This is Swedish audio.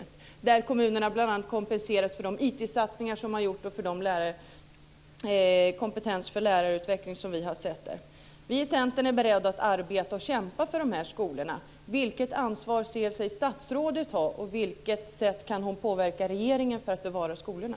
Kommunerna kompenseras bl.a. för de IT-satsningar som de har gjort och för den kompetensutveckling av lärare som vi har sett där. Vi i Centern är beredda att arbeta och kämpa för de här skolorna. Vilket ansvar ser sig statsrådet ha? Och på vilket sätt kan hon påverka regeringen när det gäller att bevara skolorna?